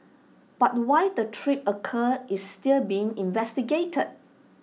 but why the trip occurred is still being investigated